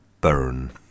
Burn